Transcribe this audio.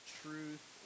truth